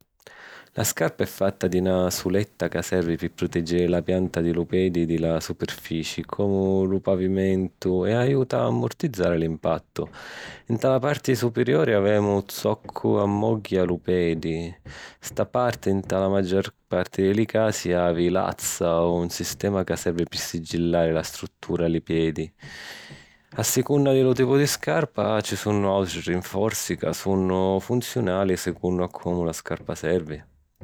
La scarpa è fatta di na suletta ca servi pi prutèggiri la pianta di lu pedi di la superfici comu lu pavimentu e aiuta a ammortizzari l'impattu. Nta la parti supiriuri avemu zoccu ammogghia lu pedi. Sta parti, nta la maggior parti di li casi, havi lazza o un sistema ca servi pi sigillari la struttura a li pedi. A sicunna di lu tipu di scarpa, ci sunnu àutri rinforzi ca sunnu funziunali secunnu a comu la scarpa servi.